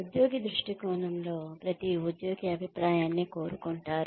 ఉద్యోగి దృష్టికోణంలో ప్రతి ఉద్యోగి అభిప్రాయాన్ని కోరుకుంటారు